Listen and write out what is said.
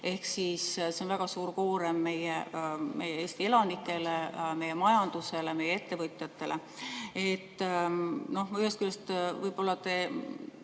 üldse. See on väga suur koorem meie Eesti elanikele, meie majandusele, meie ettevõtjatele. Ühest küljest võib-olla te